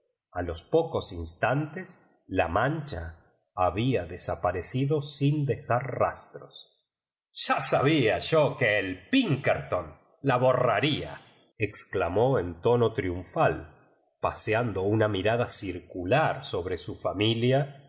a los pocos instantes la mancha había desaparecido sin dejar rastros ya sabía yo que el pwerfo la borra ría exclamó en tono triunfal paseando una mirada circular sobre su familia